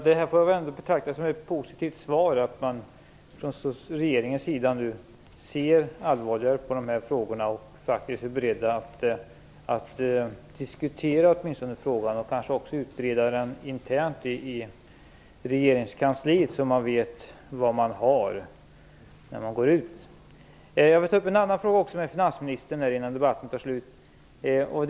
Fru talman! Jag får betrakta det som positivt att man från regeringens sida nu ser allvarligare på den här frågan och faktiskt är beredd att åtminstone diskutera den och kanske utreda den internt i regeringskansliet, så att man vet vad man har när man går ut. Jag vill också ta upp en annan fråga med finansministern innan debatten tar slut.